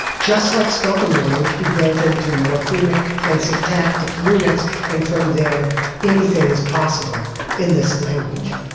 just like spoken language, be built into morphemic and syntactic units and from there anything is possible in this language.